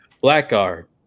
Blackguard